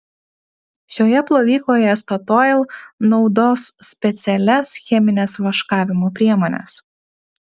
šioje plovykloje statoil naudos specialias chemines vaškavimo priemones